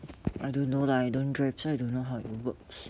I don't know I don't drive so I don't know how it works